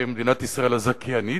שהיא מדינת ישראל הזכיינית,